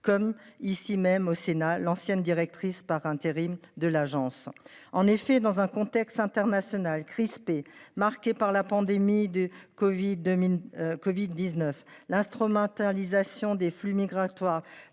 comme ici même au Sénat, l'ancienne directrice par intérim de l'agence en effet dans un contexte international crispé marquée par la pandémie de Covid. Covid-19, l'instrumentalisation des flux migratoires